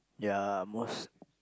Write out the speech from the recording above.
ya most